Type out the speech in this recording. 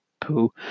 Pooh